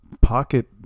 pocket